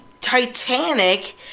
Titanic